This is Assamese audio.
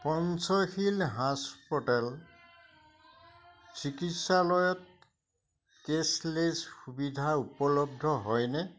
পঞ্চশীল হাস্পিটেল চিকিৎসালয়ত কেচলেছ সুবিধা উপলব্ধ হয়নে